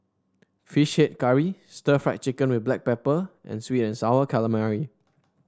fish head curry Stir Fried Chicken with Black Pepper and sweet and sour calamari